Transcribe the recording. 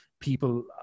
people